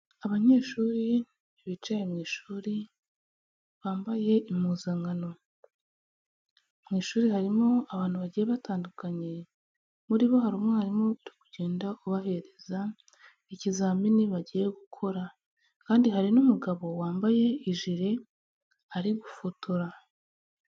Abanyeshuri bicaye mu ishuri bambaye impuzankano, mu ishuri harimo abantu bagiye batandukanye muri bo hari umwarimu uri kugenda ubahereza ikizamini bagiye gukora, kandi hari n'umugabo wambaye ijire ari gufotora.